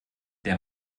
der